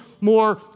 more